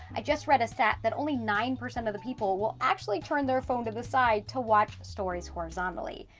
i just read a stat that only nine percent of the people will actually turn their phone to the side to watch stories horizontally.